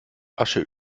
asche